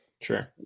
Sure